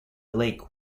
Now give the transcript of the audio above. lake